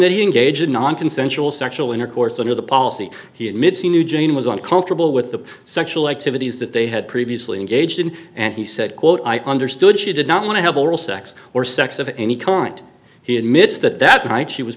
that he engaged nonconsensual sexual intercourse under the policy he admits he knew jane was uncomfortable with the sexual activities that they had previously engaged in and he said quote i understood she did not want to have oral sex or sex of any current he admits that that night she was